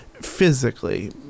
physically